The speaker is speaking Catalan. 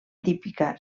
típica